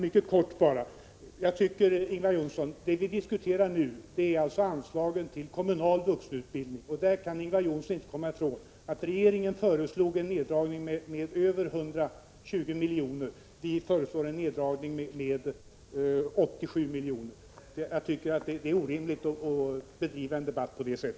Herr talman! Det vi diskuterar nu, Ingvar Johnsson, är anslaget till kommunal vuxenutbildning. Där kan Ingvar Johnsson inte komma ifrån att regeringen föreslog en neddragning med över 120 milj.kr. Vi föreslår en neddragning med 87 milj.kr. Jag tycker att det är orimligt att bedriva en debatt på detta sätt.